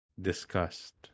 discussed